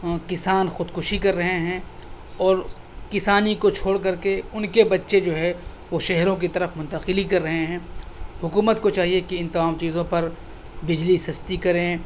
کسان خودکشی کر رہے ہیں اور کسانی کو چھوڑ کر کے ان کے بچے جو ہے وہ شہروں کی طرف منتقلی کر رہے ہیں حکومت کو چاہیے کہ ان تمام چیزوں پر بجلی سستی کریں